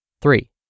Three